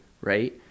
right